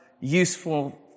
useful